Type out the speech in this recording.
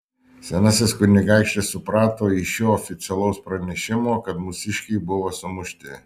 senasis kunigaikštis suprato iš šio oficialaus pranešimo kad mūsiškiai buvo sumušti